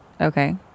Okay